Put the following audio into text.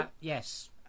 yes